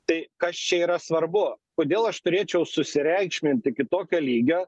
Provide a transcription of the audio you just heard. tai kas čia yra svarbu kodėl aš turėčiau susireikšmint iki tokio lygio